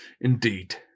Indeed